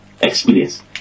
experience